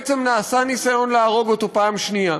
נעשה ניסיון להרוג אותו פעם שנייה,